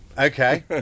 okay